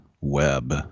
web